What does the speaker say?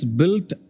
built